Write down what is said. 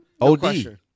OD